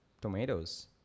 tomatoes